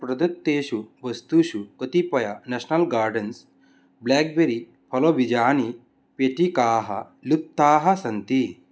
प्रदत्तेषु वस्तुषु कतिपयानि नाश्नल् गार्डेन्स् ब्लाक्बेरी फलबीजानां पेटिकाः लुप्ताः सन्ति